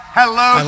hello